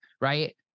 Right